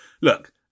Look